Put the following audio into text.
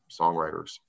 songwriters